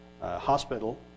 hospital